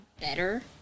better